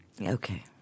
Okay